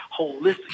holistically